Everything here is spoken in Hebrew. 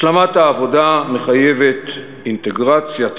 השלמת העבודה מחייבת אינטגרציה,